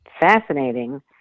fascinating